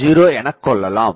0 எனக்கொள்ளலாம்